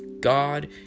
God